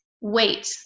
Wait